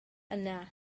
yna